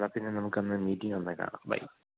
എന്നാൽ പിന്നെ നമുക്കന്ന് മീറ്റിങ്ങ് ഉണ്ടേൽ കാണാം ബൈ